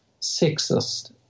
sexist